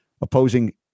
opposing